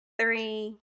three